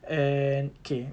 and okay